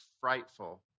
frightful